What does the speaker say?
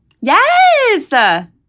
Yes